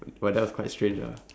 but that was quite strange ah